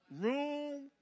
Room